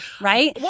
right